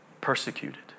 persecuted